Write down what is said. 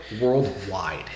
worldwide